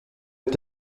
est